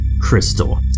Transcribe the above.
crystal